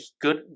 good